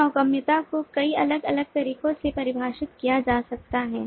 तो नौगम्यता को कई अलग अलग तरीकों से परिभाषित किया जा सकता है